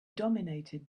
dominated